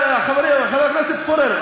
חבר הכנסת פורר,